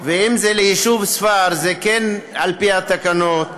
ואם זה ליישוב ספר, זה כן על פי התקנות,